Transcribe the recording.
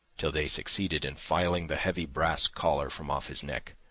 till they succeeded in filing the heavy brass collar from off his neck.